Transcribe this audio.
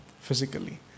physically